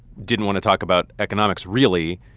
didn't want to talk about economics, really.